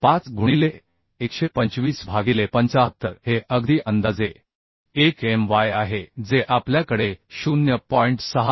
5 गुणिले 125 भागिले 75 हे अगदी अंदाजे एक My आहे जे आपल्याकडे 0